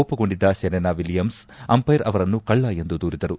ಕೋಪಗೊಂಡಿದ್ದ Serena Williams umpire ಅವರನ್ನು ಕಳ್ಳ ಎಂದು ದೂರಿದರು